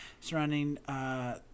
surrounding –